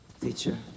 teacher